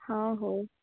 ହଁ ହଉ